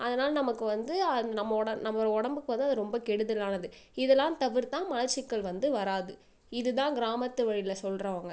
அதனால நமக்கு வந்து நம்ம உடம்புக்கு நம்ம உடம்புக்கு வந்து ரொம்ப கெடுதலானது இதுல்லாம் தவிர்த்தால் மலச்சிக்கல் வந்து வராது இது தான் கிராமத்து வழியில் சொல்றவங்க